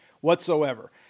whatsoever